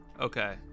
Okay